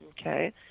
Okay